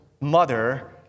mother